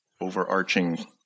overarching